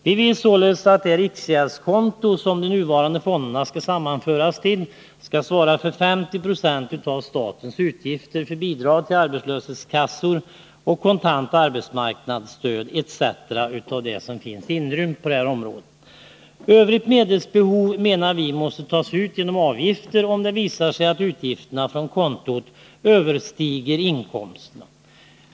Vi vill således att det riksgäldskonto som de nuvarande fonderna skall sammanföras till skall svara för 50 96 av statens utgifter för bidrag till arbetslöshetskassor, kontant arbetsmarknadsstöd och andra bidragsändamål inom detta område. Övrigt medelsbehov menar vi måste tas ut genom avgifter, om det visar sig att utgifterna från kontot överstiger inkomsterna.